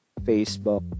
Facebook